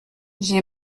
j’ai